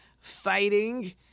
fighting